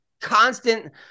constant